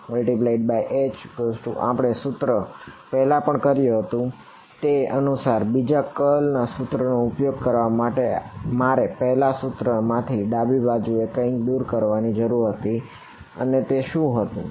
તેથી ∇×H આપણે પહેલા પણ કર્યું હતું તે અનુસાર બીજા કર્લ ના સૂત્રોનો ઉપયોગ કરવા માટે મારે પહેલા સૂત્ર માંથી ડાબી બાજુએથી કંઈક દૂર કરવાની જરૂર હતી અને તે શું હતું